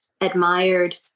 admired